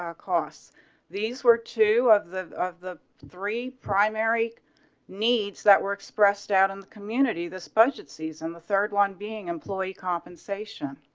cost these were two of the of the three primary needs that were expressed out in the community. this budget season, the third one being employee compensation